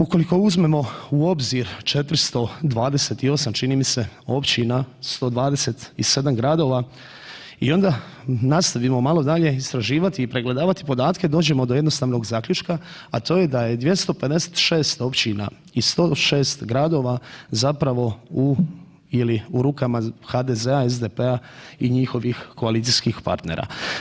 Ukoliko uzmemo u obzir 428 čini mi se općina, 127 gradova i onda nastavimo malo dalje istraživati i pregledavati podatke dođemo do jednostavnog zaključka, a to je da je 256 općina i 106 gradova u ili u rukama HDZ-a, SDP-a i njihovih koalicijskih partnera.